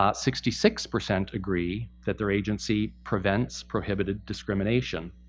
um sixty six percent agree that their agency prevents prohibited discrimination.